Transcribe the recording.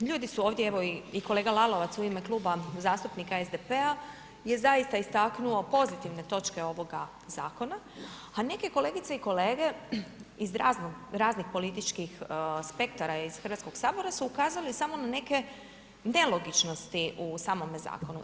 Ljudi su ovdje, evo i kolega Lalovac u ime Kluba zastupnika SDP-a je zaista istaknuo pozitivne točke ovoga zakona a neke kolegice i kolege iz razno raznih političkih spektara, iz Hrvatskog sabora su ukazali samo na neke nelogičnosti u samome zakonu.